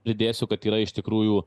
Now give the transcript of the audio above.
pridėsiu kad yra iš tikrųjų